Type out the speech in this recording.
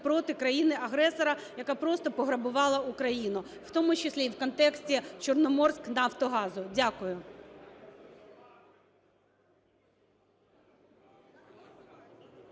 проти країни-агресора, яка просто пограбувала Україну, в тому числі і в контексті "Чорноморнафтогазу". Дякую.